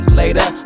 later